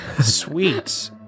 Sweet